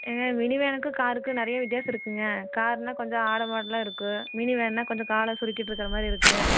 ஏன்ங்க mini வேனுக்கும் காருக்கும் நிறைய வித்தியாசம் இருக்கும்ங்க காருனா கொஞ்சம் ஆரஅமரலாம் இருக்கும் மினி வேனுனா கொஞ்சம் காலை சுருக்கிட்ருக்கிற மாதிரி இருக்கும்